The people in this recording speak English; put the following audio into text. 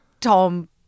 Tom